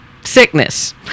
sickness